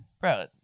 bro